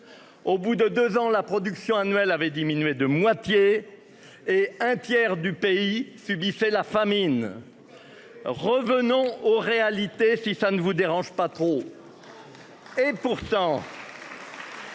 Au bout de 2 ans, la production annuelle avait diminué de moitié. Et un tiers du pays subissait la famine. Revenons aux réalités. Si ça ne vous dérange pas. Et pourtant.